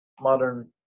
modern